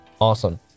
Awesome